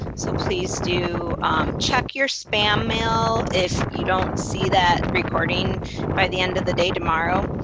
so please do check your spam mail if you don't see that recording by the end of the day tomorrow.